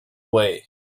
way